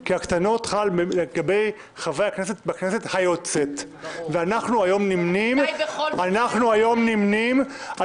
כי הקטנות חל לגבי חברי הכנסת בכנסת היוצאת ואנחנו היום נמנים על